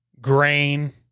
grain